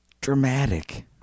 Dramatic